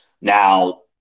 Now